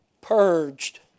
purged